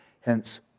Hence